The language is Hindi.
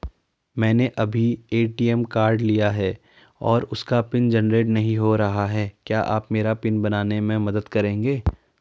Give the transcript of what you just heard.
मैंने अभी ए.टी.एम कार्ड लिया है और उसका पिन जेनरेट नहीं हो रहा है क्या आप मेरा पिन बनाने में मदद करेंगे?